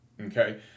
Okay